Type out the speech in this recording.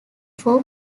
four